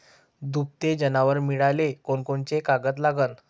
दुभते जनावरं मिळाले कोनकोनचे कागद लागन?